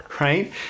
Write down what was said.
Right